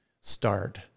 start